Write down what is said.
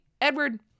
Edward